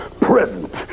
present